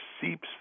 seeps